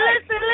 listen